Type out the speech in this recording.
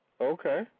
Okay